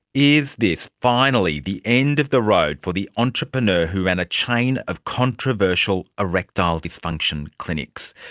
is this finally the end of the road for the entrepreneur who ran a chain of controversial erectile dysfunction clinics?